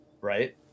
right